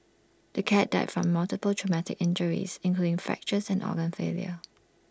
the cat died from multiple traumatic injuries including fractures and organ failure